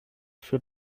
für